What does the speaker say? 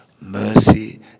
Mercy